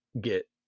get